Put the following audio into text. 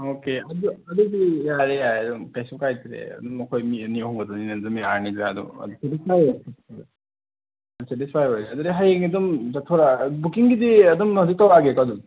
okay ꯑꯗꯨ ꯑꯗꯨꯗꯤ ꯌꯥꯔꯦ ꯌꯥꯔꯦ ꯑꯗꯨꯝ ꯀꯩꯁꯨ ꯀꯥꯏꯗ꯭ꯔꯦ ꯑꯗꯨꯝ ꯑꯩꯈꯣꯏ ꯃꯤ ꯑꯅꯤ ꯑꯍꯨꯝ ꯈꯛꯇꯅꯤꯅ ꯑꯗꯨꯝ ꯌꯥꯔꯅꯤꯗ ꯑꯗꯣ ꯁꯦꯇꯤꯁꯐꯥꯏ ꯑꯣꯏꯔꯦ ꯑꯗꯨꯗꯤ ꯍꯌꯦꯡ ꯑꯗꯨꯝ ꯆꯠꯊꯣꯔꯛꯑꯒ ꯕꯨꯛꯀꯤꯡꯒꯤꯗꯤ ꯑꯗꯨꯝ ꯍꯧꯖꯤꯛ ꯇꯧꯔꯛꯑꯒꯦꯀꯣ ꯑꯗꯨꯝ